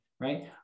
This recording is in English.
right